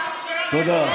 תודה.